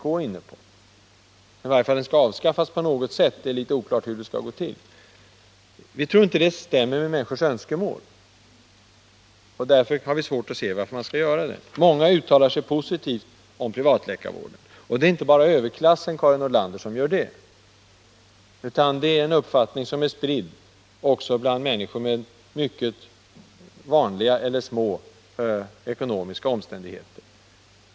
Vpk vill ju att privatläkarvården skall avskaffas på något sätt — även om det är litet oklart hur det skall gå till. Vi tror inte att det stämmer med människors önskemål, och därför har vi svårt att se något skäl för ett avskaffande. Många uttalar sig positivt om privatläkarvården. Det är inte bara överklassen, Karin Nordlander, som gör det. Denna positiva inställning finns också bland människor i helt vanliga eller små ekonomiska omständigheter.